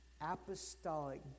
apostolic